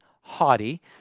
haughty